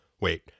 wait